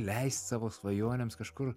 leist savo svajonėms kažkur